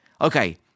Okay